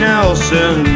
Nelson